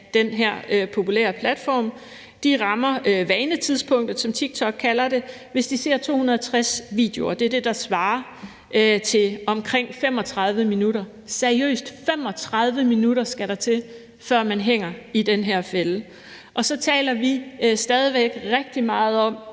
den her populære platform. De rammer vanetidspunktet, som TikTok kalder det, hvis de ser 260 videoer, og det er det, der svarer til omkring 35 minutter. Seriøst, der skal 35 minutter til, før man hænger i den her fælde. Og så taler vi stadig væk rigtig meget om,